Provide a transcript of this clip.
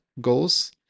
goals